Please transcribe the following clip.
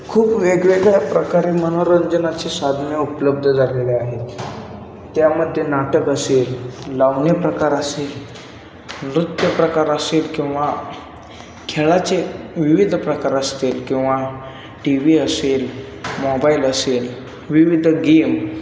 खूप वेगवेगळ्या प्रकारे मनोरंजनाची साधने उपलब्ध झालेली आहेत त्यामध्ये नाटक असेल लावणी प्रकार असेल नृत्य प्रकार असेल किंवा खेळाचे विविध प्रकार असतील किंवा टी व्ही असेल मोबाईल असेल विविध गेम